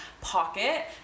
pocket